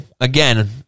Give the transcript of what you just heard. again